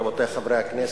רבותי חברי הכנסת,